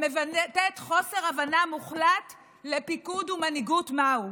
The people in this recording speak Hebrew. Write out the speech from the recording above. המבטאת חוסר הבנה מוחלט לפיקוד ומנהיגות מה הם